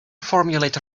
formulate